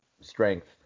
strength